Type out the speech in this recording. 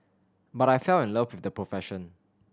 but I fell in love with the profession